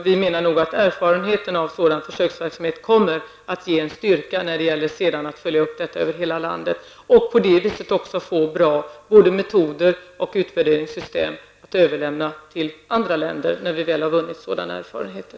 Vi menar att erfarenheterna av sådan försöksverksamhet kommer att vara en styrka när det sedan gäller att följa upp detta över hela landet. På det sättet får vi också bra metoder och utvärderingssystem att överlämna till andra länder när vi väl har vunnit sådana erfarenheter.